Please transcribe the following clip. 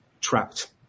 Trapped